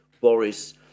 Boris